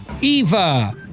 Eva